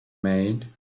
made